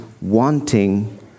wanting